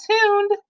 tuned